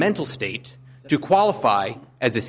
mental state to qualify as a